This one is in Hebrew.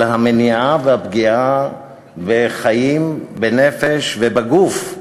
אלא המניעה והפגיעה בחיים, בנפש ובגוף,